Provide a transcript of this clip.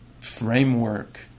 framework